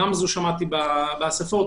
באספות,